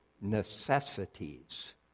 necessities